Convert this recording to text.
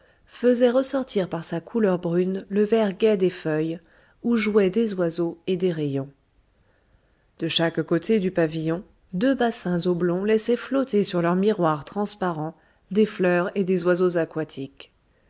faisait ressortir par sa couleur brune le vert gai des feuilles où jouaient des oiseaux et des rayons de chaque côté du pavillon deux bassins oblongs laissaient flotter sur leurs miroirs transparents des fleurs et des oiseaux aquatiques